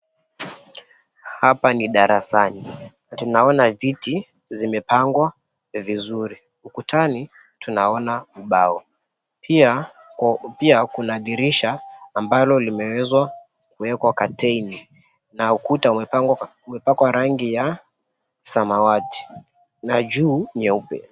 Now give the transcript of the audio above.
Hapa ni darasani. Tunaona viti zimepangwa vizuri. Ukutani tunaona ubao. Pia kuna dirisha ambalo limeweza kuwekwa [c]curtain na ukuta umepakwa rangi ya samawati na juu nyeupe.